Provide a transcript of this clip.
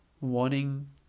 wanting